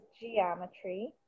geometry